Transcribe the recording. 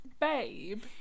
babe